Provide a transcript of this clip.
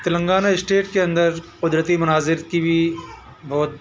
Telangana state کے اندر قدرتی مناظر کی بھی بہت